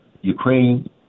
Ukraine